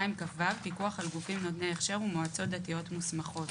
פיקוח על גופים נותני הכשרה ומועצות דתיות מוסמכות